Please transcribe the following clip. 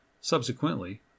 Subsequently